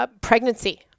pregnancy